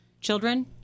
children